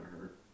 hurt